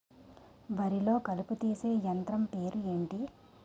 వరి లొ కలుపు తీసే యంత్రం పేరు ఎంటి?